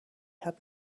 had